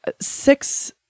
six